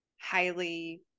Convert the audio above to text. highly